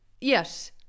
Yes